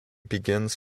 begins